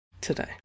today